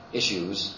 issues